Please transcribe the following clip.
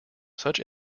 such